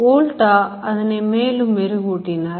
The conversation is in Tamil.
Volta அதனை மேலும் மெரூகு ஊட்டினார்